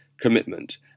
commitment